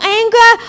anger